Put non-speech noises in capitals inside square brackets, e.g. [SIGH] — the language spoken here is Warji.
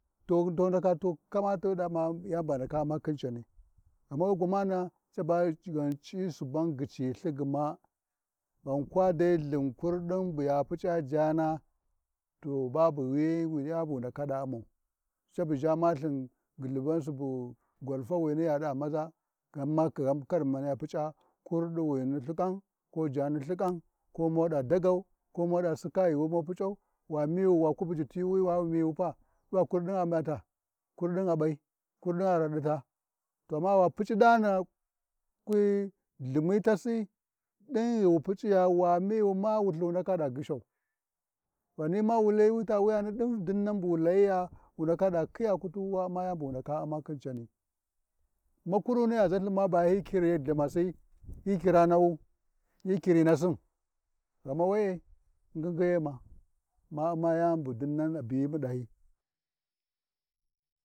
Tau dau kana ta kama tu ndaka tuɗa U’mma yani bu andaka Umma khin cani, gnana we gwamana’a caba ghen c’ii suban gyiciLthin gma, ghan kwaɗai Lthin kurɗin buya Puc’a ɗai jana to babu wi, babu wuyai bu wu ndaka ɗa Ummau, cabuʒha ma Lthin gyillhu ban Subu gwalfina ya ɗa maza ghan ma kai ma [UNINTELLIGIBLE] Puc’a kurɗiwi Lthiƙai ko moɗa dagau, komo ɗa Sika yuuwi mu Puc’au, Wamiwi, bamu kwi buya tiwi ba wu miyiwipa, diva kurɗin a ɓaita, kurɗin a P’ai kurɗin a raɗita amma wa Puc’i ɗana ƙwi Lthimi tasi, ɗin ghi wi Puc’iya, Wa miwima Wulthu ma ya ndaka ɗa gyishau, ghani ma wu layi wita wuyani ɗin dinnan buwu layiya wu ndaka ɗa khiya kutuma, wo Umma yani, buwu ndaka U’mma khin cani, makurumima ya zalthin ba hyi kiri Lthimyasi, hyi kiraa nawu, hyi kiri nasin, ghana we-e ngingiyema ima Umma yani budinnan a biyinu ɗahyi.